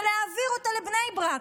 ולהעביר אותה לבני ברק.